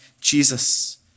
Jesus